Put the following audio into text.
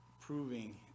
proving